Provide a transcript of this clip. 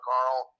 Carl